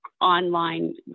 online